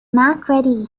macready